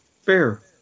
fair